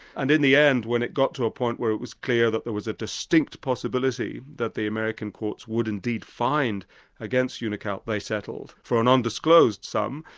and in the end, when it got to a point where it was clear that there was a distinct possibility that the american courts would indeed find against unical, they settled for an undisclosed sum,